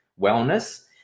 wellness